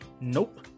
Nope